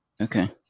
Okay